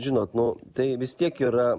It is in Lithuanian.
žinot nu tai vis tiek yra